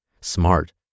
Smart